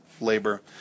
labor